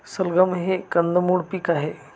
सलगम हे कंदमुळ पीक आहे